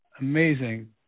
amazing